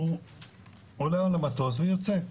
והעובד עולה על המטוס ויוצא,